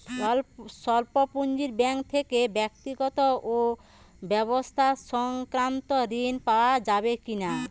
স্বল্প পুঁজির ব্যাঙ্ক থেকে ব্যক্তিগত ও ব্যবসা সংক্রান্ত ঋণ পাওয়া যাবে কিনা?